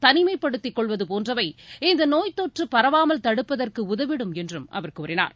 தனிமைப்படுத்திக் கொள்வது போன்றவை இந்த நோய்த் தொற்று பரவாமல் தடுப்பதற்கு உதவிடும் என்றும் அவர் கூறினார்